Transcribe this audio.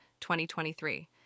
2023